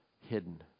hidden